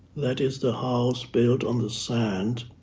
that is the house built on the sand,